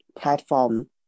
platform